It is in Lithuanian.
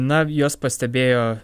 na juos pastebėjo